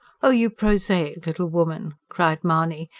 oh, you prosaic little woman! cried mahony,